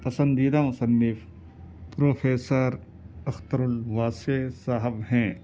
پسندیدہ مصنف پروفیسر اخترالواسع صاحب ہیں